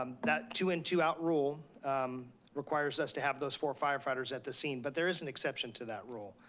that two in-two out rule requires us to have those four firefighters at the scene. but there is an exception to that rule.